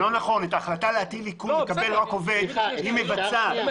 את ההחלטה להטיל עיקול מקבל רק עובד, היא מבצעת.